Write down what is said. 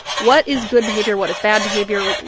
what is good behavior, what is bad behavior?